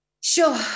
sure